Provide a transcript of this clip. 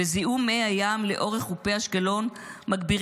וזיהום מי הים לאורך חופי אשקלון מגביר